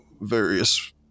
various